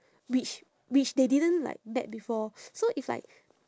which which they didn't like met before so if like